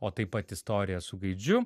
o taip pat istorija su gaidžiu